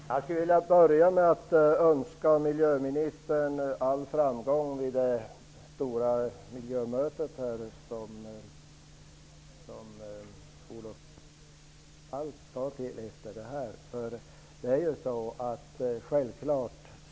Herr talman! Jag vill börja med att önska miljöministern all framgång vid det stora miljömötet som han skall delta i.